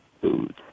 food